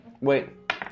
Wait